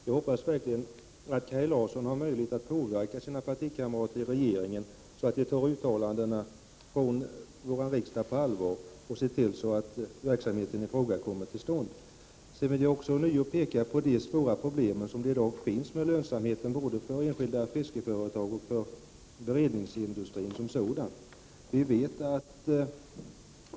Jag hoppas verkligen att Kaj Larsson har möjlighet att påverka sina partikamrater i regeringen, så att de tar uttalandena från riksdagen på allvar och ser till att verksamheten i fråga kommer till stånd. Jag vill återigen peka på de svåra problemen med lönsamhet både för enskilda fiskeföretag och för beredningsindustrin som sådan.